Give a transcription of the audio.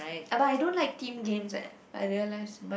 ah but I don't like team games eh I realise